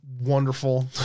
wonderful